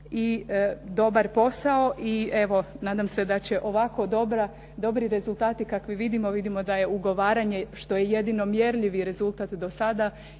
i dobar posao i evo, nadam se da će ovako dobri rezultati kakve vidimo, vidimo da je ugovaranje, što je jedino mjerljivi rezultat do sada